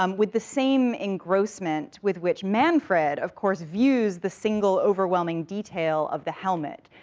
um with the same engrossment with which manfred, of course, views the single, overwhelming detail of the helmet,